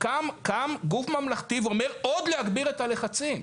קם גוף ממלכתי ואומר עוד להגביר את הלחצים.